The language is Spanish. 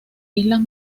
islas